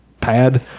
pad